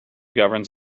governs